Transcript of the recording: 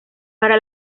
para